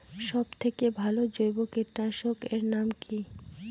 সব থেকে ভালো জৈব কীটনাশক এর নাম কি?